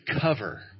cover